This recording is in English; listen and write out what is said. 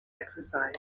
exercise